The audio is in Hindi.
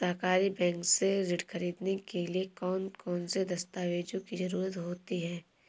सहकारी बैंक से ऋण ख़रीदने के लिए कौन कौन से दस्तावेजों की ज़रुरत होती है?